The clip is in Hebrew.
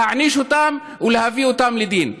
להעניש אותם ולהביא אותם לדין.